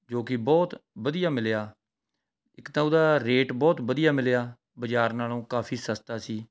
ਜੋ ਕਿ ਬਹੁਤ ਵਧੀਆ ਮਿਲਿਆ ਇੱਕ ਤਾਂ ਉਹਦਾ ਰੇਟ ਬਹੁਤ ਵਧੀਆ ਮਿਲਿਆ ਬਜ਼ਾਰ ਨਾਲੋਂ ਕਾਫੀ ਸਸਤਾ ਸੀ